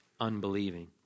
unbelieving